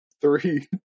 Three